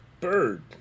Bird